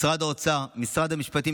משרד האוצר ומשרד המשפטים,